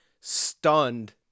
stunned